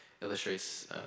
illustrates